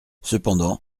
cependant